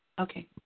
Okay